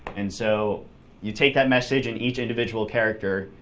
and so you take that message, and each individual character,